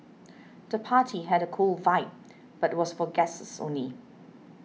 the party had a cool vibe but was for guests only